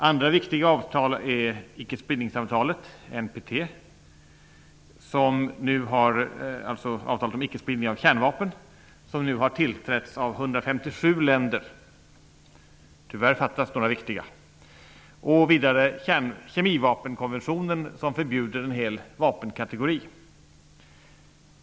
Andra viktiga avtal är avtalet om ickespridning av kärnvapen, MPT, som nu har tillträtts av 157 länder -- tyvärr fattas några viktiga -- och kemivapenkonventionen som förbjuder en hel vapenkategori.